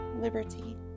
liberty